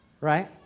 Right